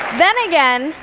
then again,